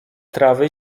trawy